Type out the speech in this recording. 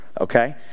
Okay